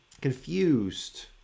confused